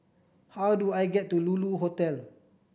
how do I get to Lulu Hotel